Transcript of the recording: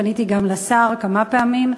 פניתי גם לשר כמה פעמים,